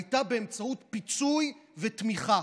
הייתה באמצעות פיצוי ותמיכה.